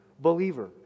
believer